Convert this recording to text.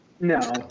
no